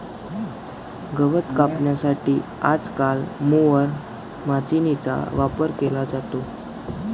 गवत कापण्यासाठी आजकाल मोवर माचीनीचा वापर केला जातो